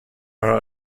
are